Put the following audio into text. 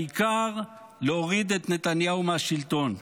העיקר להוריד את נתניהו מהשלטון.